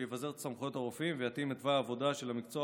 שיבזר את סמכויות הרופאים ויתאים את תוואי העבודה של המקצוע,